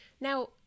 Now